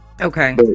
okay